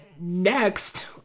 next